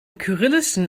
kyrillischen